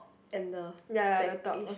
and the back-ish